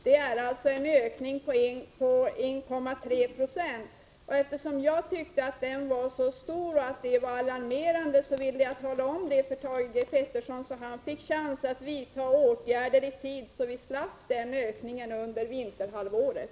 Det är alltså en ökning på 1,3 26. Eftersom jag tyckte att den var så stor att det var alarmerande, ville jag tala om det för Thage Peterson så att han fick en chans att vidta åtgärder i tid, för att vi skulle slippa denna ökning under vinterhalvåret.